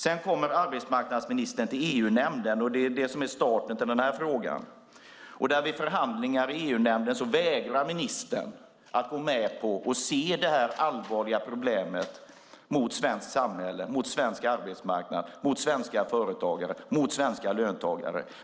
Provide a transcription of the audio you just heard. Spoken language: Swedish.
Sedan kom arbetsmarknadsministern till EU-nämnden, och det är starten till den här frågan. Vid förhandlingar i EU-nämnden vägrade ministern att se det här allvarliga problemet för svenskt samhälle, svensk arbetsmarknad, svenska företagare och svenska löntagare.